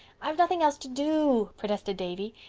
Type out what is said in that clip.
i've nothing else to do, protested davy.